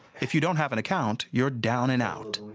if you don't have an account, you're down and out.